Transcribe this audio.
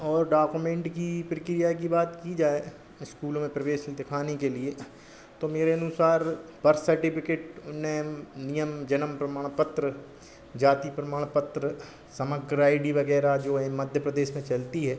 और डाकुमेन्ट की प्रक्रिया की बात की जाए इस्कूलों में प्रवेश दिखाने के लिए तो मेरे अनुसार बर्थ सर्टिफिकेट उन्हें नियम जन्म प्रमाण पत्र जाति प्रमाण पत्र समग्र आई डी वगैरह जो हैं मध्यप्रदेश में चलती है